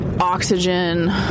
oxygen